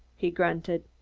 he grunted.